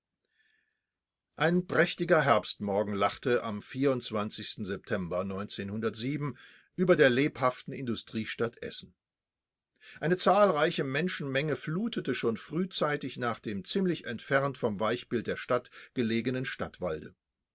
ein prächtiger herbstmorgen lachte am september über der lebhaften industriestadt essen eine zahlreiche menschenmenge flutete schon frühzeitig nach dem ziemlich entfernt vom weichbild der stadt belegenen stadtwalde